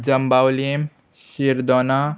Jambaulim शिर्दोना